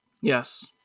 Yes